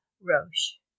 Roche